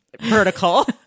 vertical